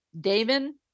Damon